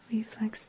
reflex